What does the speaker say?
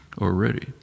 already